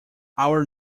our